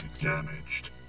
damaged